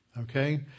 Okay